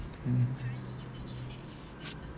mm